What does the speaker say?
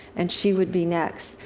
and she would be next.